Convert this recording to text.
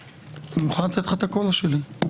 אני מוכן לתת לך את הקולה שלי.